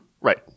Right